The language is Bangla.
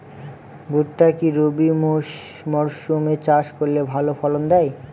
ভুট্টা কি রবি মরসুম এ চাষ করলে ভালো ফলন দেয়?